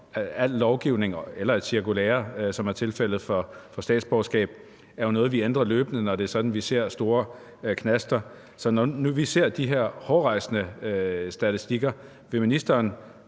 Al lovgivning eller et cirkulære, som det er tilfældet for statsborgerskab, er jo noget, vi ændrer løbende, når det er sådan, at vi ser store knaster. Når nu vi ser de her hårrejsende statistikker, vil ministeren